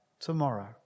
tomorrow